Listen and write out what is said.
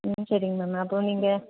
ம் சரிங்க மேம் அப்போ நீங்கள்